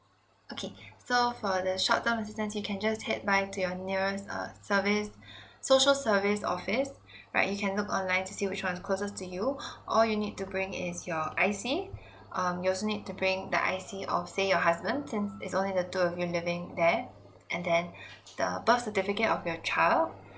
okay so for the short term assistance you can just head by to your nearest uh service social service office right you can look online to see which one is closest to you all you need to bring is your I_C um you also need to bring the I_C of say your husband since it's only the two of you living there and then the birth certificate of your child